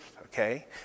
okay